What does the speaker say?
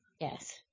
Yes